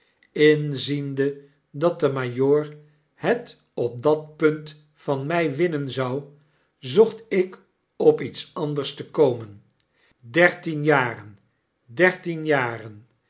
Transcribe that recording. inziende dat de majoor het op dat punt van my winnen zou zocht ik op iete anders te komen